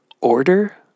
order